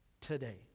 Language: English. Today